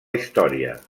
història